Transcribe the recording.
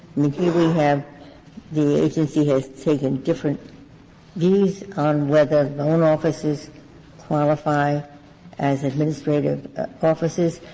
mean, here we have the agency has taken different views on whether loan offices qualify as administrative offices.